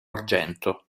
argento